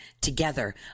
together